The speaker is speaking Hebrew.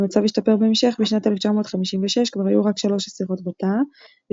המצב השתפר בהמשך בשנת 1956 כבר היו רק שלוש אסירות בתא והתנהלו